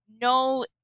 no